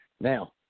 Now